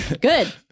good